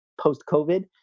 post-COVID